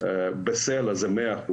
בסלע זה 100%,